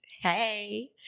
Hey